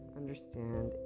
understand